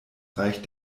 reich